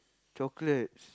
chocolates